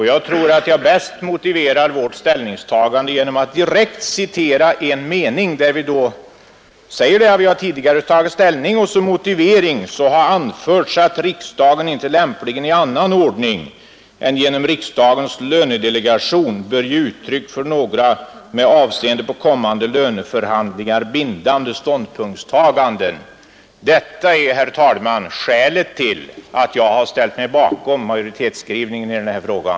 Jag tror att jag bäst motiverar vårt ställningstagande genom att direkt citera en mening ur utskottets skrivning: ”Som motivering har anförts att riksdagen inte lämpligen i annan ordning än genom riksdagens lönedelegation bör ge uttryck för några med avseende på kommande löneförhandlingar bindande ståndpunktstaganden.” Detta är, herr talman, skälet till att jag har ställt mig bakom majoritetsskrivningen i den här frågan.